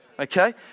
Okay